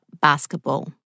basketball